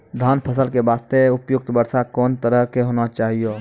धान फसल के बास्ते उपयुक्त वर्षा कोन तरह के होना चाहियो?